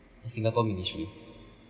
singapore ministry